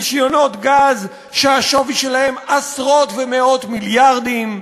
רישיונות גז שהשווי שלהם עשרות ומאות מיליארדים.